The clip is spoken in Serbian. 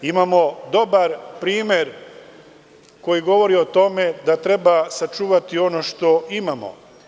Imamo dobar primer koji govori o tome da treba sačuvati ono što imamo.